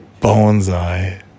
Bonsai